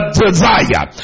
desire